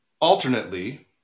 alternately